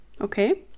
Okay